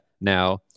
now